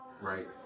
Right